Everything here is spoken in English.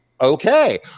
okay